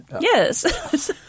yes